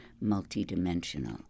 multi-dimensional